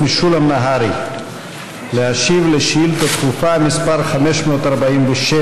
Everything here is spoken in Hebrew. משולם נהרי להשיב על שאילתה דחופה מס' 547,